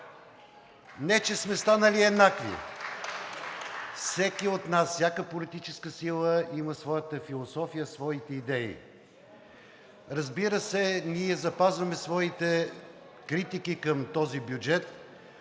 Не че сме станали еднакви. Всяка политическа сила има своята философия, своите идеи. Разбира се, ние запазваме своите критики към този бюджет,